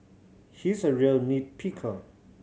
he is a real nit picker